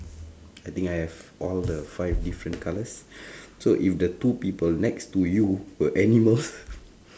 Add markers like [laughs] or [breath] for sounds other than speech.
I think I have all the five different colours [breath] so if the two people next to you were animals [laughs]